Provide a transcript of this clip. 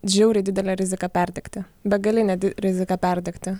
žiauriai didelė rizika perdegti begalinė rizika perdegti